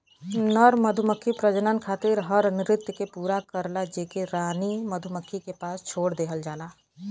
नर मधुमक्खी प्रजनन खातिर हर नृत्य के पूरा करला जेके रानी मधुमक्खी के पास छोड़ देहल जाला